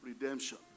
redemption